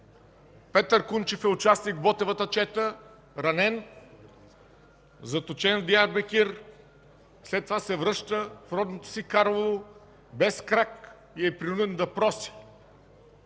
Петър Кунчев е участник в Ботевата чета, ранен, заточен в Диарбекир, след това се връща в родното си Карлово без крак и е принуден да проси.